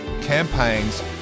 campaigns